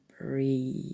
Breathe